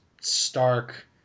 stark